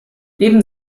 neben